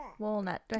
walnut